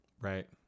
right